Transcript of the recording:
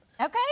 Okay